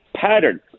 pattern